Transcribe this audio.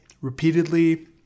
repeatedly